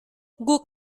guk